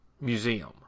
Museum